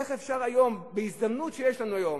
איך אפשר היום, בהזדמנות שיש לנו היום,